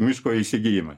miško įsigijimai